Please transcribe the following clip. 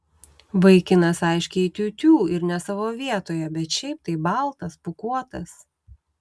vaikinas aiškiai tiū tiū ir ne savo vietoje bet šiaip tai baltas pūkuotas